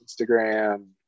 Instagram